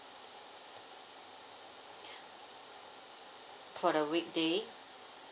for the weekday